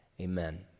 amen